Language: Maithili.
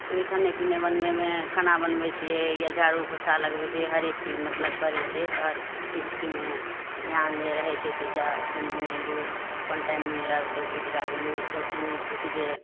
खाने पीने बनबैमे खाना बनबै छियै या झाड़ू पोछा लगबै छियै हरेक चीज मतलब करै छियै तऽ हरचीजके मे ध्यान जे रहै छै तऽ जाउ गुनगुनेलहुॅं अपन टाइम मिललक तऽ गीत गायलहुॅं बैसलहुॅं किछु देर